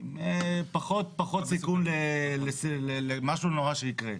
עם פחות סיכוי למשהו נורא שיקרה.